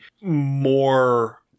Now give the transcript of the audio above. more